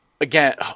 Again